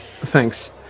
Thanks